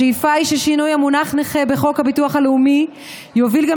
השאיפה היא ששינוי המונח "נכה" בחוק הביטוח הלאומי יוביל גם